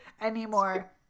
anymore